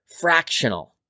fractional